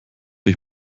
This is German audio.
ich